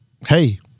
hey